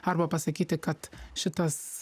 arba pasakyti kad šitas